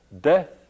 death